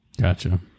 Gotcha